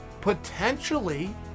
potentially